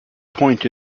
point